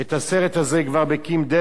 את הסרט הזה בקמפ-דייוויד